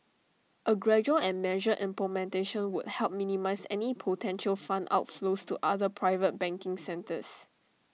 A gradual and measured implementation would help minimise any potential fund outflows to other private banking centres